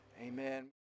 amen